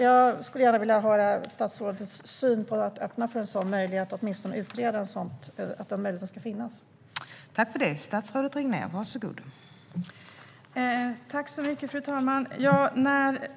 Jag skulle gärna vilja höra statsrådets syn på att öppna för en sådan möjlighet och att åtminstone utreda förutsättningarna för att en sådan möjlighet ska kunna finnas.